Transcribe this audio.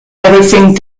everything